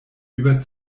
über